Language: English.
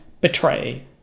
betray